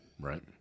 Right